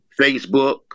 Facebook